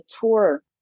tour